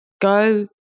Go